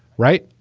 right.